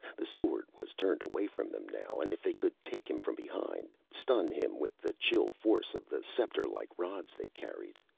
the sword was turned away from them now, and if they could take him from behind, stun him with the chill force of the sceptre-like rods they carried.